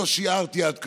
לא שיערתי עד כמה.